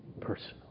personal